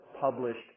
published